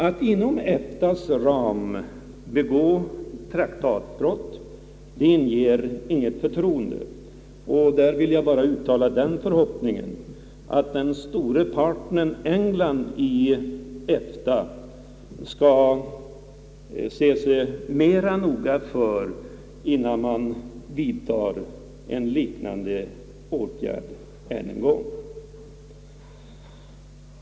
Att inom EFTA:s ram begå traktatbrott inger inget förtroende. Därvidlag vill jag bara uttala den förhoppningen att den stora EFTA-partnern England skall se sig mera noga för innan man vidtar en liknande åtgärd än en gång.